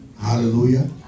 Hallelujah